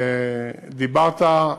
דיברת,